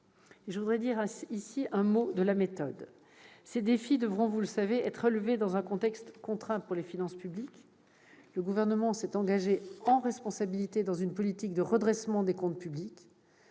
Je voudrais aussi dire un mot de la méthode. Ces défis devront, vous le savez, être relevés dans un contexte contraint pour les finances publiques, le Gouvernement s'étant engagé, en toute responsabilité, dans une politique de redressement des comptes publics.